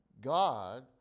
God